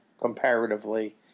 comparatively